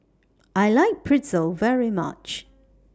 I like Pretzel very much